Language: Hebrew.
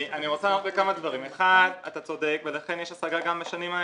אני רוצה להגיד כמה דברים: 1. אתה צודק ולכן יש השגה גם לשנים האלה.